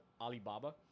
Alibaba